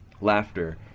laughter